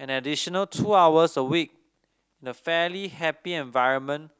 an additional two hours a week in a fairly happy environment